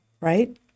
right